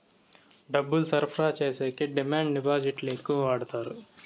డబ్బులు సరఫరా చేసేకి డిమాండ్ డిపాజిట్లు ఎక్కువ వాడుతారు